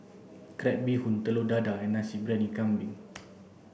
crab bee hoon Telur Dadah and Nasi Briyani Kambing